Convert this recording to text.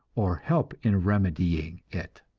or help in remedying it.